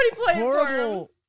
horrible